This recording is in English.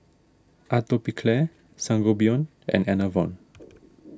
Atopiclair Sangobion and Enervon